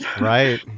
Right